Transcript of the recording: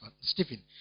Stephen